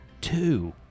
two